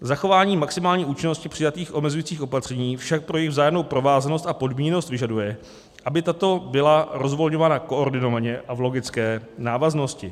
Zachování maximální účinnosti přijatých omezujících opatření však pro jejich vzájemnou provázanost a podmíněnost vyžaduje, aby tato byla rozvolňována koordinovaně a v logické návaznosti.